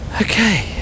okay